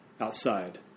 outside